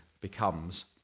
becomes